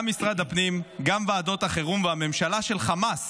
גם משרד הפנים, גם ועדות החירום והממשלה של חמאס